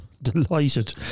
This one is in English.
Delighted